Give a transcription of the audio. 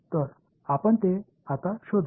तर आपण ते आता शोधू